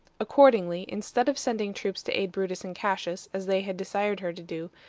accordingly, instead of sending troops to aid brutus and cassius, as they had desired her to do,